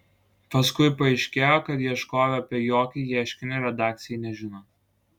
paskui paaiškėjo kad ieškovė apie jokį ieškinį redakcijai nežino